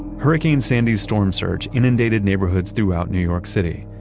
hurricane sandy's storm surge inundated neighborhoods throughout new york city.